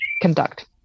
conduct